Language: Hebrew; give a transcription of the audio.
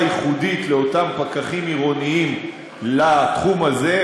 ייחודית לאותם פקחים עירוניים לתחום הזה,